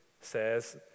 says